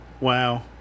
Wow